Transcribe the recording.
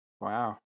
wow